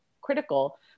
critical